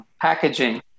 packaging